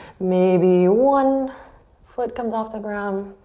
maybe one foot comes off the ground.